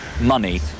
money